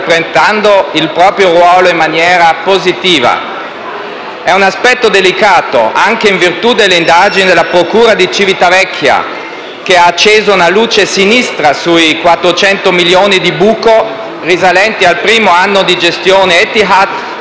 interpretando il proprio ruolo in maniera positiva. Si tratta di un aspetto delicato, anche in virtù delle indagini della procura di Civitavecchia, che ha acceso una luce sinistra sui 400 milioni di buco risalenti al primo anno di gestione Ethiad